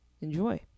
Enjoy